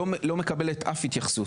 לא מקבלת אף התייחסות.